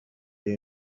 city